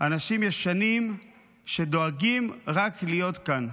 אנשים ישנים שדואגים רק להיות כאן.